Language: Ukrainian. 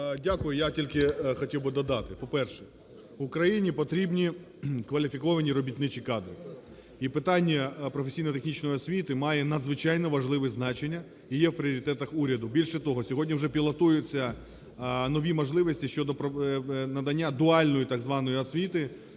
Дякую. Я тільки хотів би додати. По-перше, Україні потрібні кваліфіковані робітничі кадри. І питання професійно-технічної освіти має надзвичайно важливе значення і є в пріоритетах уряду. Більше того, сьогодні вже пілотуються нові можливості щодо надання дуальної так званої освіти